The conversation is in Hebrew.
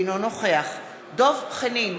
אינו נוכח דב חנין,